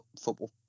Football